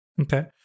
Okay